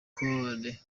cole